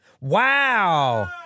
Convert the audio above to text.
Wow